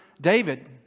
David